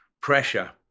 pressure